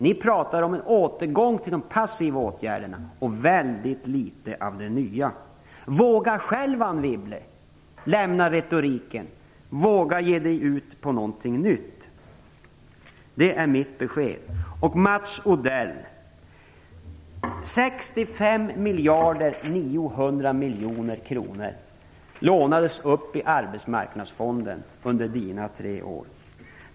Ni pratar om en återgång till de passiva åtgärderna och väldigt litet av det nya. Våga själv lämna retoriken, Anne Wibble! Våga ge er ut på någonting nytt! Det är mitt besked. 65 miljarder 900 miljoner kronor lånades upp i arbetsmarknadsfonden under Mats Odells tre år.